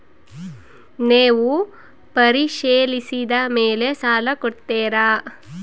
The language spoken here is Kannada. ನೇವು ಪರಿಶೇಲಿಸಿದ ಮೇಲೆ ಸಾಲ ಕೊಡ್ತೇರಾ?